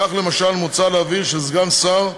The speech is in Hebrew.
כך, למשל, מוצע להבהיר שסגן שר,